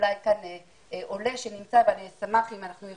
אולי נמצא כאן ב-זום עולה ואני אשמח אם נוכל